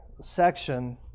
section